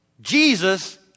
Jesus